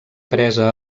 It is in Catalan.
presa